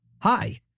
Hi